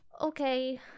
Okay